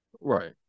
right